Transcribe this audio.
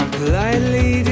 politely